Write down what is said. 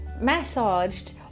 massaged